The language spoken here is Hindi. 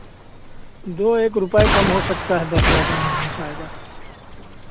दो एक रुपए कम हो सकता है बस ज़्यादा नहीं हो पाएगा